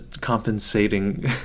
compensating